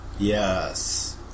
Yes